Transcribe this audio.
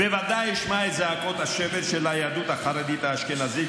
בוודאי אשמע את זעקות השבר של היהדות החרדית האשכנזית,